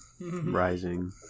rising